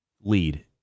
lead